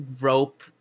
rope